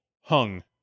hung